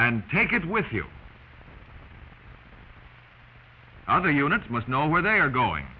and take it with you other units must know where they are going